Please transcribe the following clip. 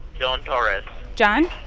john torres john?